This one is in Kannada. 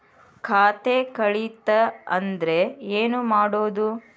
ಖಾತೆ ಕಳಿತ ಅಂದ್ರೆ ಏನು ಮಾಡೋದು?